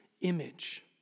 image